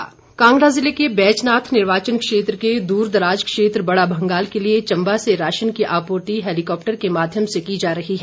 ration आपूर्ति कांगड़ा जिले के बैजनाथ निर्वाचन क्षेत्र के दूर दराज क्षेत्र बड़ा भंगाल के लिए चम्बा से राशन की आपूर्ति हैलीकॉप्टर के माध्यम से की जा रही है